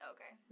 Okay